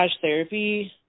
therapy